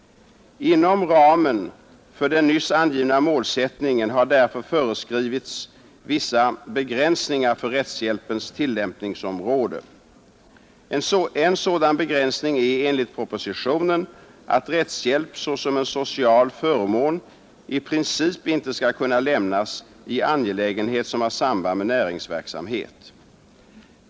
Inom ramen för den nyss angivna målsättningen har därför föreskrivits vissa begränsningar för rättshjälpens tillämpningsområde. En sådan begränsning är enligt propositionen att rättshjälp såsom en social förmån i princip inte skall kunna lämnas i angelägenhet som har samband med näringsverksamhet.